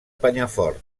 penyafort